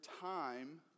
time